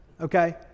Okay